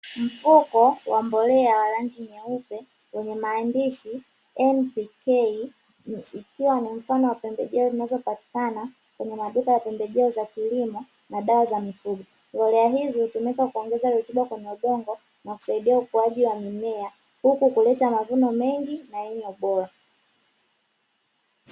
Mfuko wa mbolea wenye rangi nyeupe, wenye maandishi "NPK", ikiwa ni mfano wa pembejeo zinazopatikana kwenye maduka ya pembejeo za kilimo na dawa za mifugolea hizi hutumika kuongeza rutuba kwenye udongo, na kusaidia ukuaji wa mimea huku kuleta mavuno mengi na yenye ubora.